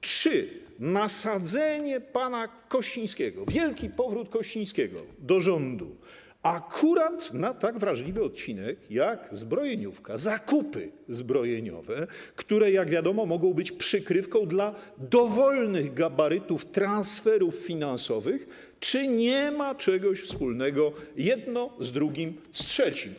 czy nasadzenie pana Kościńskiego, wielki powrót Kościńskiego do rządu, akurat na tak wrażliwy odcinek jak zbrojeniówka, zakupy zbrojeniowe, które jak wiadomo, mogą być przykrywką dla dowolnych gabarytów transferów finansowych, czy nie ma czegoś wspólnego jedno z drugim, z trzecim.